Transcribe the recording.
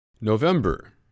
November